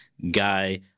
guy